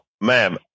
ma'am